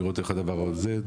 ישבתי איתן קודם ובאמת התפעלתי.